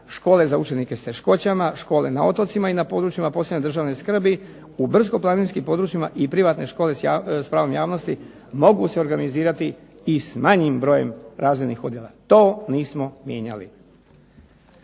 škole za učenike s teškoćama, škole na otocima i na područjima posebne državne skrbi, u brdsko-planinskim područjima i privatne škole s pravom javnosti mogu se organizirati i s manjim brojem razrednih odjela. To nismo mijenjali.